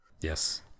Yes